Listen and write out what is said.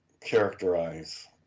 characterize